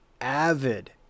avid